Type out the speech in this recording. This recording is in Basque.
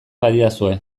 badidazue